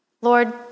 Lord